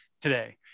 today